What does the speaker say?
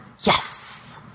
Yes